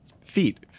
feet